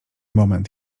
moment